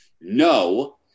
no